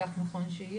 כך נכון שיהיה.